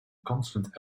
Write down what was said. constant